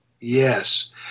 Yes